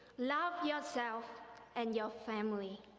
love yourself and your family.